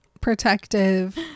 protective